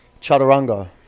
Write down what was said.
chaturanga